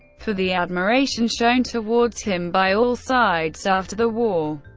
for the admiration shown towards him by all sides after the war,